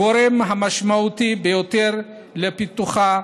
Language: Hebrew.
הגורם המשמעותי ביותר לפיתוחה,